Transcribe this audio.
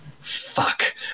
fuck